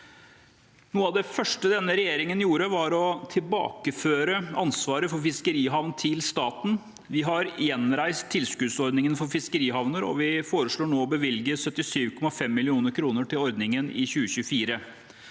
Noe av det første denne regjeringen gjorde, var å tilbakeføre ansvaret for fiskerihavnene til staten. Vi har gjenreist tilskuddsordningene for fiskerihavner, og vi foreslår nå å bevilge 77,5 mill. kr til ordningen i 2024.